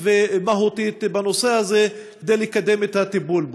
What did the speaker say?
ומהותית בנושא הזה ולקדם את הטיפול בו.